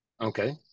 Okay